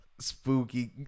Spooky